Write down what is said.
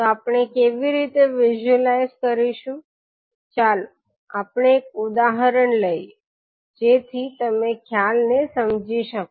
તો આપણે કેવી રીતે વિઝ્યુલાઇઝ કરીશું ચાલો આપણે એક ઉદાહરણ લઈએ જેથી તમે ખ્યાલને સમજી શકો